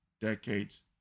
decades